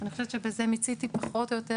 אני חושבת שבזה מיציתי פחות או יותר